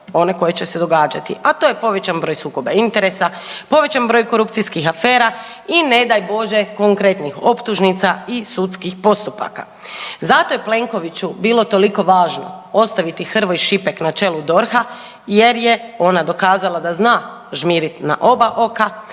one koje će se događati, a to je povećan broj sukoba interesa, povećan broj korupcijskih afera i ne daj Bože konkretnih optužnica i sudskih postupaka. Zato je Plenkoviću bilo toliko važno ostaviti Hrvoj-Šipek na čelu DORH-a jer je ona dokazala da zna žmiriti na oba oka